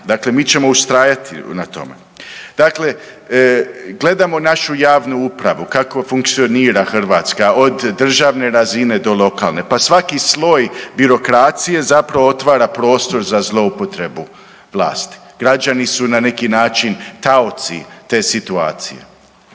Dakle mi ćemo ustrajati na tome. Dakle, gledamo našu javnu upravu kako funkcionira Hrvatska od državne razine do lokalne. Pa svaki sloj birokracije zapravo otvara prostor za zloupotrebu vlasti. Građani su na neki taoci te situacije.